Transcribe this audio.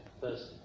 First